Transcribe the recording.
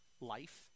life